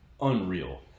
unreal